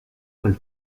will